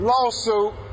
lawsuit